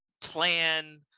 plan